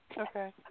Okay